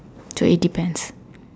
so it depends